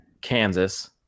Kansas